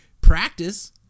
practice